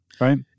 right